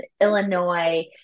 Illinois